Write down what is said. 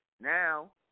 Now